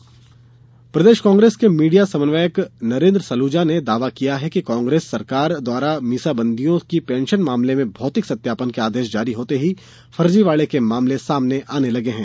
नरेंद्र सलूजा प्रदेश कांग्रेस के मीडिया समन्वयक नरेंद्र सलूजा ने दावा किया है कि कांग्रेस सरकार द्वारा मीसाबंदियों की पेंशन मामले में भौतिक सत्यापन के आदेश जारी होते ही फर्जीवाड़े के मामले सामने आने लगे हैं